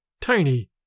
tiny